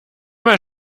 mal